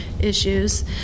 issues